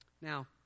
Now